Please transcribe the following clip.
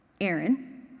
Aaron